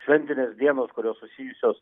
šventinės dienos kurios susijusios